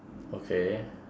okay